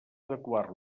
adequar